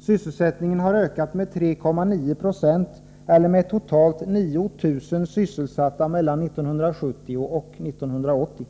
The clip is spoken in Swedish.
Sysselsättningen har ökat med 3,9 96 eller med totalt 9 000 sysselsatta mellan 1970 och 1980.